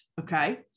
okay